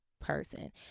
person